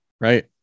right